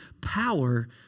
power